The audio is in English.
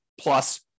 plus